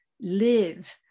live